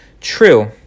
True